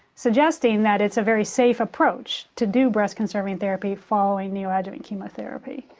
suggesting that it's a very safe approach to do breast conserving therapy following neoadjuvent chemotherapy.